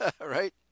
Right